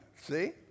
See